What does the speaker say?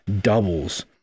doubles